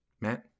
Matt